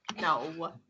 No